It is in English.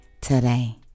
today